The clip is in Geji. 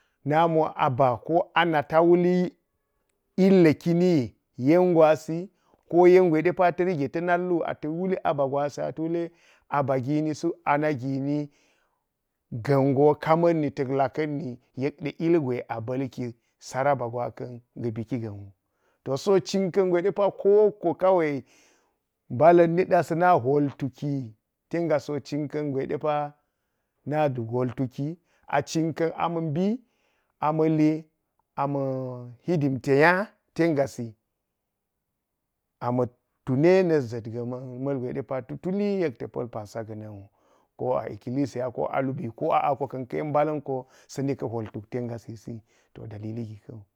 Namiwo aba ko ana ta wuli illi kini yen gwasi ko yen gut de pa ta nge ta̱ nalwu ata̱ wule. Aba gini sulaana gini ga̱n go kama̱nni tak takkanni yekde ilgwe de pa a balki saraba gwaka̱n ga̱ mbiki ga̱n wu. To so cin ka̱n gwe de pa kowokko kawai mbala̱n niɗa sa̱na hwol tuki ten gasin wo cin ka̱n gwe de pa-na hwol tuki a cinkan a ma̱mbi ama̱li gidinte nya ten gasi, ama̱ tune na̱ ʒa̱t – ga̱ ma̱l gwe ɗe pa tu-tuli ye ta̱ pa̱l pansa ga̱na̱n zuur-ko a ikkilisiyi ko a lubi ko a ko ka̱n ka̱ yen mbala̱n ko sa̱ naka hwol tuk ten ngasisi.